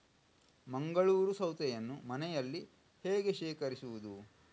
ಮಂಗಳೂರು ಸೌತೆಯನ್ನು ಮನೆಯಲ್ಲಿ ಹೇಗೆ ಶೇಖರಿಸುವುದು?